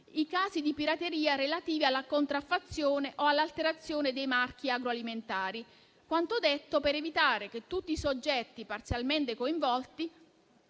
i casi di pirateria relativi alla contraffazione o all'alterazione dei marchi agroalimentari. Quanto detto, infatti, serve ad evitare che tutti i soggetti parzialmente coinvolti